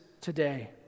today